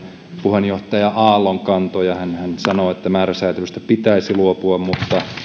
puheenjohtaja aallon kantoja niin hänhän sanoo että määräsäätelystä pitäisi luopua mutta sanoo